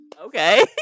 Okay